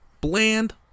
bland